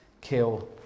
kill